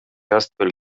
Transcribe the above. astfel